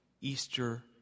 Easter